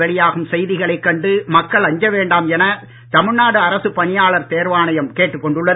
வெளியாகும் செய்திகளைக் கண்டு மக்கள் அஞ்ச வேண்டாம் என தமிழ்நாடு அரசுப் பணியாளர் தேர்வாணையம் கேட்டுக் கொண்டுள்ளது